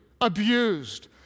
abused